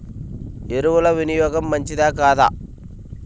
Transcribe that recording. ఎరువుల వినియోగం మంచిదా కాదా?